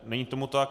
Není tomu tak.